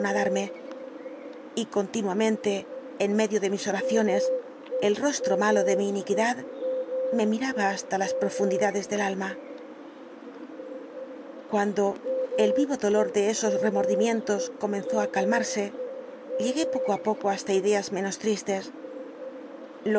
anonadarme y continuamente en medio de mis oraciones el rostro malo de mi iniquidad me miraba hasta las profundidades del alma cuando el vivo dolor de esos remordimientos comenzó á calmarse llegué poco á poco hasta ideas menos tristes lo